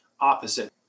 opposite